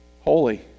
Holy